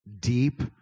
deep